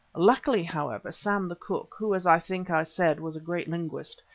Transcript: luckily, however, sam the cook, who, as i think i said, was a great linguist,